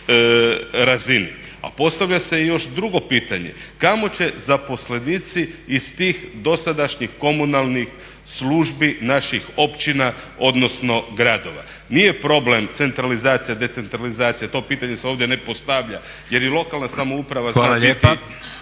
A postavlja se još drugo pitanje, kamo će zaposlenici iz tih dosadašnjih komunalnih službi naših općina odnosno gradova. Nije problem centralizacija, decentralizacija, to pitanje se ovdje ne postavlja … …/Upadica: Hvala